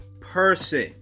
person